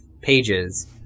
pages